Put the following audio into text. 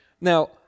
Now